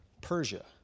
Persia